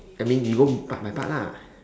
I mean you won't part my part lah